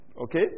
Okay